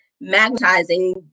magnetizing